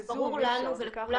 אז ברור לנו ולכולם,